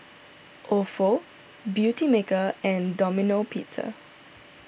Ofo Beautymaker and Domino Pizza